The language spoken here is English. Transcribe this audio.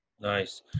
Nice